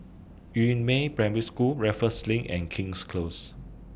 Yu Meng Primary School Raffles LINK and King's Close